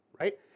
Right